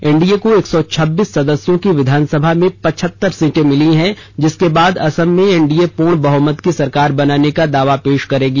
NDA को एक सौ छब्बीस सदस्यों की विधानसभा में पच्छहतर सीटें मिली हैं जिसके बाद असम में एनडीए पूर्ण बहुमत की सरकार बनाने का दावा पेष करेगी